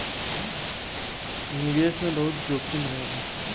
निवेश मे बहुते जोखिम रहेला